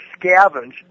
scavenge